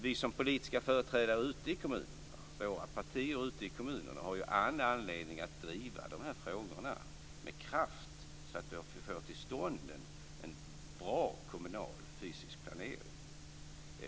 Vi som politiska företrädare ute i kommunerna, våra partier ute i kommunerna, har all anledning att driva dessa frågor med kraft så att vi får till stånd en bra kommunal fysisk planering.